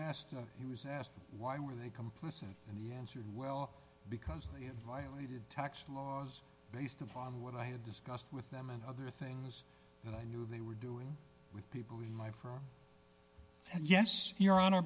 asked he was asked why were they complicit in the answers well because they violated tax laws based upon what i had discussed with them and other things that i knew they were doing with people in my firm and yes your honor